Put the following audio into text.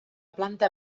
planta